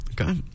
Okay